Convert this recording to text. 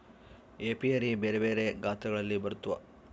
apiary ಬೆರೆ ಬೆರೆ ಗಾತ್ರಗಳಲ್ಲಿ ಬರುತ್ವ